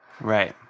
Right